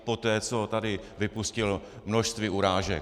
Poté, co tady vypustil množství urážek.